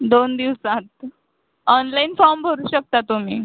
दोन दिवसात online form भरू शकता तुम्ही